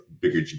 bigger